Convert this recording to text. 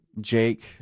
Jake